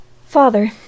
Father